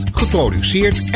geproduceerd